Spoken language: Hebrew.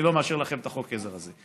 אני לא מאשר לכם את חוק העזר הזה.